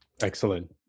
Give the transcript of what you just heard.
excellent